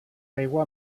aigua